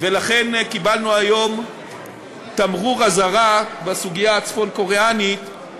ולכן קיבלנו היום תמרור אזהרה בסוגיה הצפון-קוריאנית,